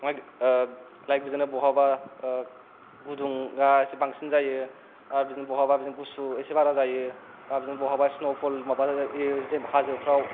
like बिदिनो बहाबागुदुंआ एसे बांसिन जायो आर बिदिनो बहाबा गुसु एसे बारा जायो आर बिदिनो बहाबा स्नोपल माबायो जेनोबा हाजोफ्राव